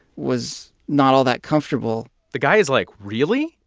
was not all that comfortable the guy is like, really?